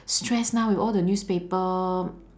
stress now with all the newspaper